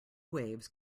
waves